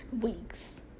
weeks